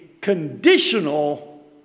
conditional